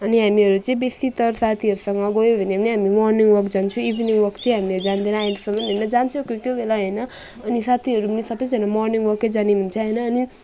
अनि हामीहरू चाहिँ बेसी तर साथीहरूसँग गयो भने पनि नि हामी मर्निङ वक जान्छु इभिनिङ वक चाहिँ हामीहरू जान्दैनौँ अहिलेसम्म होइन जान्छौँ कोही कोही बेला होइन अनि साथीहरू पनि नि सबैजना मर्निङ वकै जाने हुन्छ होइन अनि